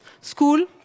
School